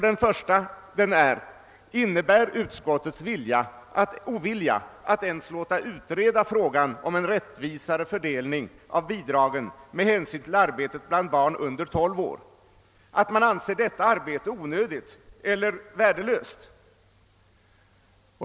Den första lyder: Innebär utskottets ovilja att ens låta utreda frågan om en rättvisare fördelning av bidraget med hänsyn till arbetet bland barn under 12 år att man anser detta arbete onödigt eller värdelöst?